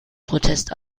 protest